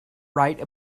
write